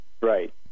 Right